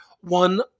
one